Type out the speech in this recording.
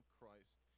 Christ